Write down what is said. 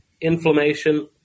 inflammation